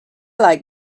like